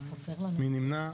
אין נמנעים,